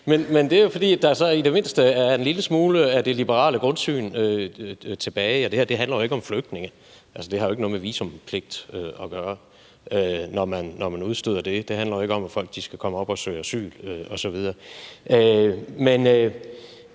men det er jo, fordi der så i det mindste er en lille smule af det liberale grundsyn tilbage. Det her handler jo ikke om flygtninge. Altså, det har jo ikke noget med visumpligt at gøre, når man udsteder det. Det handler jo ikke om, at folk skal komme herop og søge asyl osv. Men